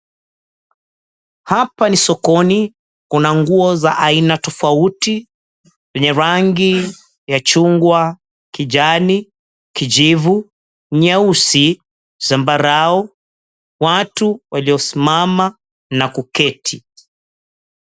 Hapa ni sokoni, kuna kuna nguo za aina tofauti, enye rangi ya chungwa, kijani, kijivu, nyeusi, zambarau, watu waliosimama na kuketi.